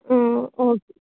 okay